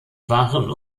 waren